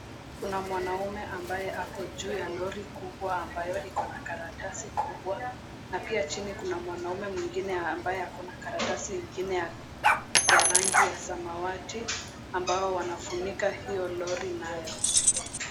Kuna mwanaume ambaye ako juu ya lori kubwa ambayo liko na karatasi kubwa na pia chini kuna mwanaume mwengine ambaye ako na karatasi nyingine ya rangi ya samawati ambayo wanafunika hiyo lori nayo.